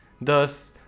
Thus